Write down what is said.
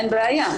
אין בעיה.